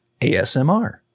ASMR